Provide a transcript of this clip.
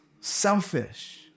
selfish